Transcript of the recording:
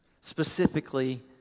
Specifically